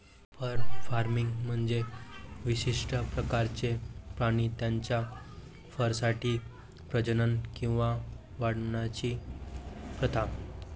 fur farming म्हणजे विशिष्ट प्रकारचे प्राणी त्यांच्या फरसाठी प्रजनन किंवा वाढवण्याची प्रथा